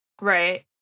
Right